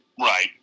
Right